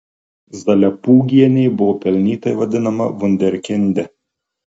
zalepūgienė buvo pelnytai vadinama vunderkinde